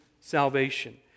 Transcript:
salvation